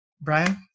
Brian